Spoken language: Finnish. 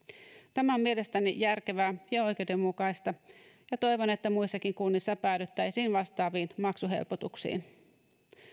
tämä on mielestäni järkevää ja oikeudenmukaista ja toivon että muissakin kunnissa päädyttäisiin vastaaviin maksuhelpotuksiin